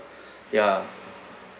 ya